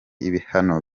ibihano